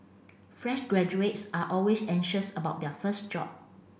fresh graduates are always anxious about their first job